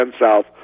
South